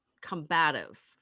combative